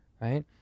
right